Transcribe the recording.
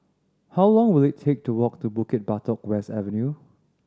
how long will it take to walk to Bukit Batok West Avenue